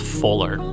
fuller